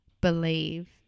believe